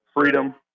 freedom